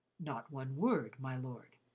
not one word, my lord,